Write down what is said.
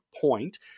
point